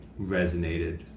resonated